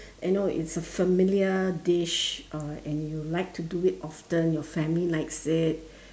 you know it's a familiar dish uh and you like to do it often your family likes it